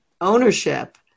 ownership